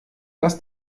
dass